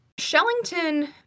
Shellington